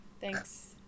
Thanks